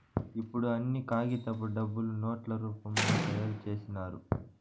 ఇప్పుడు అన్ని కాగితపు డబ్బులు నోట్ల రూపంలో తయారు చేసినారు